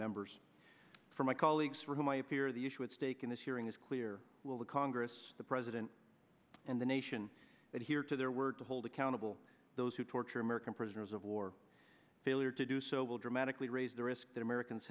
members from my colleagues for whom i appear the issue at stake in this hearing is clear will the congress the president and the nation that hear to their word to hold accountable those who torture american prisoners of war failure to do so will dramatically raise the risk that americans